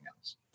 else